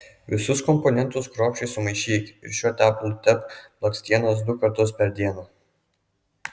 visus komponentus kruopščiai sumaišyk ir šiuo tepalu tepk blakstienas du kartus per dieną